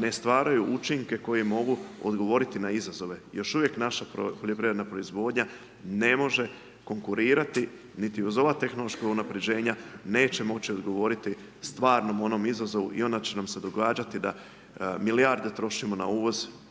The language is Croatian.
ne stvaraju učinke koji mogu odgovoriti na izazove. Još uvijek naša poljoprivredna proizvodnja ne može konkurirati, niti uz ova tehnološka unapređenja neće moći odgovoriti stvarnom onom izazovu i onda će nam se događati da milijarde trošimo na uvoz